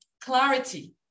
clarity